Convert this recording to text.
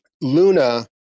Luna